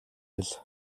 хэл